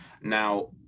Now